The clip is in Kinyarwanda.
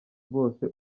bose